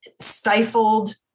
stifled